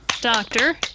Doctor